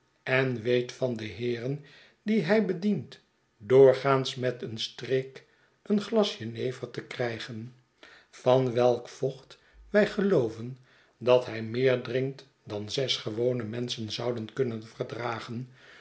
en weet van de heeren die hij bedient doorgaans met een streek een glas jenever te krijgen van welk vocht wij gelooven dat hij meer drinkt dan zes gewone menschen zouden kunnen verdragen